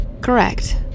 Correct